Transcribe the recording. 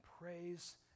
praise